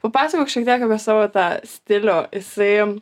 papasakok šiek tiek apie savo tą stilių jisai